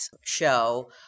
show